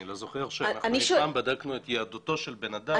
אני לא זוכר שאנחנו אי פעם בדקנו את יהדותו של בן אדם.